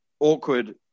Awkward